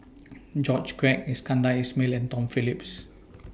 George Quek Iskandar Ismail and Tom Phillips